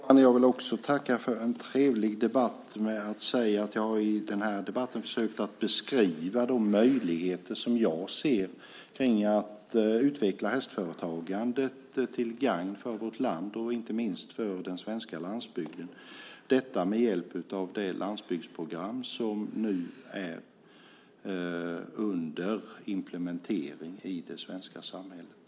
Herr talman! Jag vill också tacka för en trevlig debatt. Jag har i den här debatten försökt att beskriva de möjligheter jag ser i att utveckla hästföretagandet till gagn för vårt land, inte minst för den svenska landsbygden. Det ska ske med hjälp av det landsbygdsprogram som är under implementering i det svenska samhället.